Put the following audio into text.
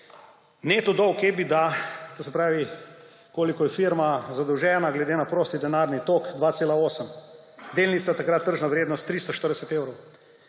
neto dolg EBITDA 2,8; to se pravi, koliko je firma zadolžena gleda na prosti denarni tok. Delnica takrat, tržna vrednost, 340 evrov.